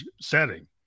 setting